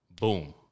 boom